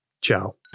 Ciao